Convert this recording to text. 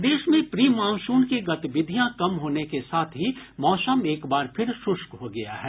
प्रदेश में pre monsoon की गतिविधियां कम होने के साथ ही मौसम एक बार फिर शुष्क हो गया है